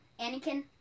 Anakin